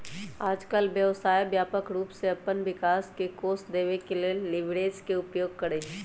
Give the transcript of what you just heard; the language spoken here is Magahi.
याजकाल व्यवसाय व्यापक रूप से अप्पन विकास के कोष देबे के लेल लिवरेज के उपयोग करइ छइ